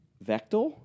Vector